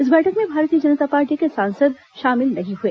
इस बैठक में भारतीय जनता पार्टी के सांसद शामिल नहीं हुए